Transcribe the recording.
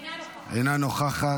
אינה נוכחת,